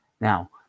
Now